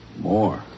More